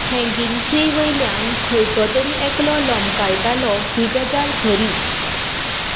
hanging tree वयल्यान खंयचो तरी एकलो लोंबकळटालो ही गजाल खरी